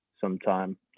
sometime